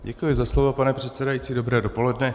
Děkuji za slovo, pane předsedající, dobré dopoledne.